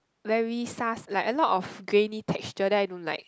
very sars like a lot of grainy texture then I don't like